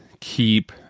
keep